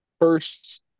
first